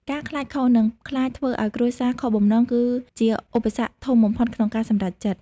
ការខ្លាចខុស និងខ្លាចធ្វើឱ្យគ្រួសារខកបំណង គឺជាឧបសគ្គធំបំផុតក្នុងការសម្រេចចិត្ត។